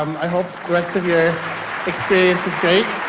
i hope the rest of your experience is great.